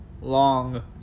long